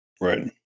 Right